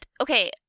okay